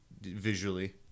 visually